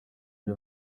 byo